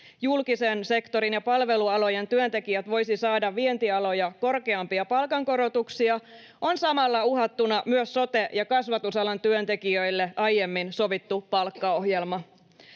julkisen sektorin ja palvelualojen työntekijät voisi saada vientialoja korkeampia palkankorotuksia, on samalla uhattuna myös sote- ja kasvatusalan työntekijöille aiemmin sovittu palkkaohjelma.